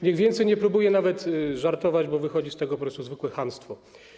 Niech więcej nie próbuje żartować, bo wychodzi z tego po prostu zwykłe chamstwo.